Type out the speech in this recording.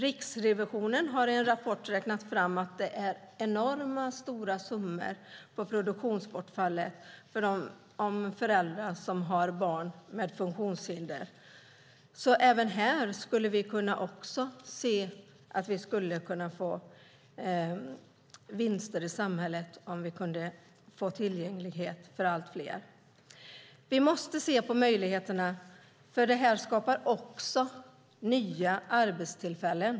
Riksrevisionen har i en rapport räknat fram att det är enorma summor i fråga om produktionsbortfallet för föräldrar som har barn med funktionshinder. Även här skulle vi kunna få vinster i samhället om vi kunde få tillgänglighet för allt fler. Vi måste se på möjligheterna, för det här skapar också nya arbetstillfällen.